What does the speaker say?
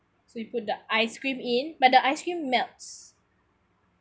so you put the ice cream in but the ice cream melts